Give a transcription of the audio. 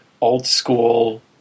old-school